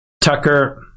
Tucker